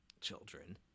children